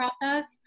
process